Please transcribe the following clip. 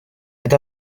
это